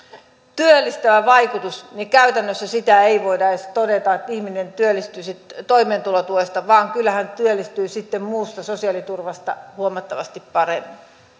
työllistävää vaikutusta käytännössä ei voida edes todeta että ihminen työllistyisi toimeentulotuesta vaan kyllä hän työllistyy sitten muusta sosiaaliturvasta huomattavasti paremmin